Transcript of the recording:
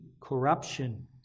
corruption